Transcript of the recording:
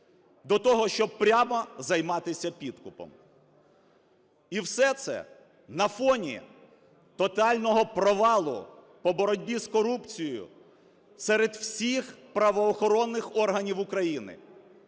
до того, щоб прямо займатися підкупом. І все це на фоні тотального провалу по боротьбі з корупцією серед всіх правоохоронних органів України,